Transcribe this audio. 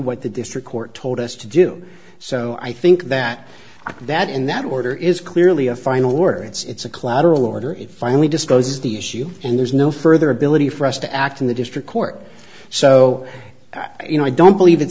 what the district court told us to do so i think that that in that order is clearly a final order it's a collateral order it finally discloses the issue and there's no further ability for us to act in the district court so that you know i don't believe i